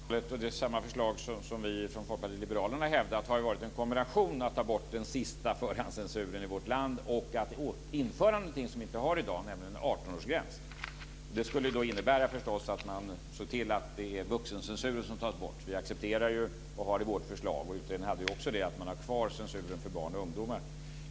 Fru talman! Det förslag som utredningen lade fram i början på 90-talet - det är samma förslag som vi från Folkpartiet liberalerna har hävdat - har varit en kombination av att ta bort den sista förhandscensuren i vårt land och införa någonting som vi inte har i dag, nämligen 18-årsgräns. Det skulle förstås innebära att man ser till att det är vuxencensuren som tas bort. Vi accepterar och föreslår - utredningen gjorde också det - att man har kvar censuren för barn och ungdomar.